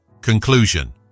Conclusion